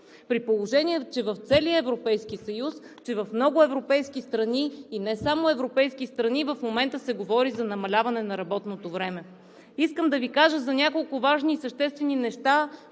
при положение че в целия Европейски съюз, че в много европейски страни – и не само в европейски страни, в момента се говори за намаляване на работното време? Искам да Ви кажа за няколко важни и съществени неща,